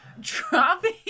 dropping